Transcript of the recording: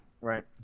Right